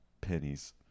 pennies